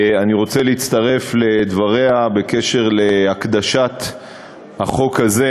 אני רוצה להצטרף לדבריה בעניין הקדשת החוק הזה